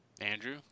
Andrew